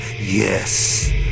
Yes